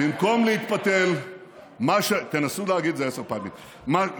במקום להתפתל, תנסו להגיד את זה עשר פעמים מהר.